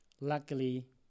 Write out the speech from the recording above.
Luckily